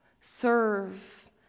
serve